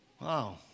Wow